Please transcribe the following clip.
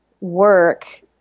work